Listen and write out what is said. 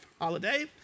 holiday